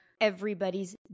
everybody's